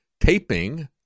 taping